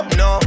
no